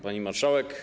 Pani Marszałek!